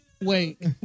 wait